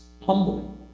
humbling